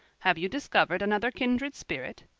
have you discovered another kindred spirit?